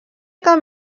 cap